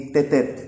Tetet